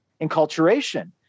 enculturation